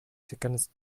seconds